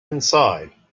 inside